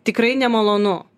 tikrai nemalonu